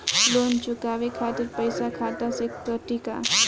Loan चुकावे खातिर पईसा खाता से कटी का?